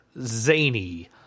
zany